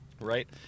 Right